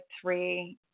three